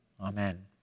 Amen